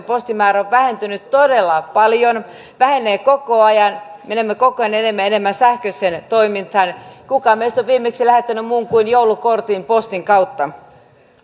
postin määrä on vähentynyt todella paljon ja vähenee koko ajan menemme koko ajan enemmän ja enemmän sähköiseen toimintaan kuka meistä on viimeksi lähettänyt muun kuin joulukortin postin kautta